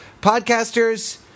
Podcasters